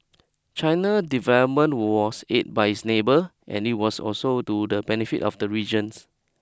China development was aid by its neighbour and it was also to the benefit of the regions